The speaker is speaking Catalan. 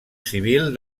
civil